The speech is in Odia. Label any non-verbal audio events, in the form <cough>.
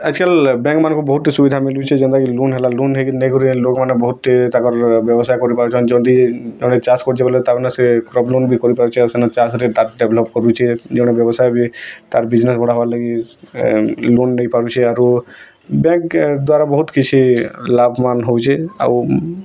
ଆଜ୍ କାଲ୍ ବ୍ୟାଙ୍କମାନଙ୍କୁ ବହୁତି ଟି ସୁବିଧା ମିଳୁଛି ଯେନ୍ତା କି ଲୋନ୍ ହେଲା ଲୋନ୍ ନେଇ କରି ନେଇ କିରି ଲୋକମାନେ ବହୁତି ତାଙ୍କର ବ୍ୟବସାୟ କରି ପାରୁଛନ୍ ଯେମ୍ତି ଆମେ ଚାଷ୍ କରୁଛୁୁ ବୋଲେ ତାମାନେ ସିଏ ପ୍ରବ୍ଲେମ୍ ବି କରିପାରୁଛେ ସେନ୍ ଚାଷ୍ରେ <unintelligible> ଡେଭ୍ଲପ୍ କମୁଛି ଜଣେ ବ୍ୟବସାୟୀ ବି ତାର୍ ବିଜିନେସ୍ ବଢ଼ାବାର୍ ଲାଗି ଏଁ ଲୋନ୍ ନେଇ ପାରୁଛି ଆରୁ ବ୍ୟାଙ୍କ ଦ୍ୱାରା ବହୁତ୍ କିଛି ଲାଭବାନ୍ ହଉଛେ ଆଉ